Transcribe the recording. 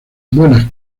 buenas